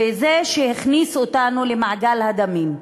וזה שהכניס אותנו למעגל הדמים.